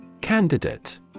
Candidate